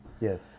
Yes